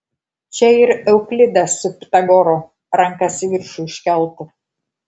čia ir euklidas su pitagoru rankas į viršų iškeltų